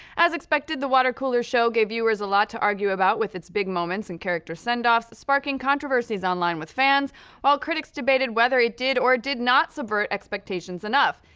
as expected, the water cooler show gave viewers a lot to argue about with its big moments and character sendoffs, sparking controversies online with fans while critics debated whether it did or did not subvert expectations enough.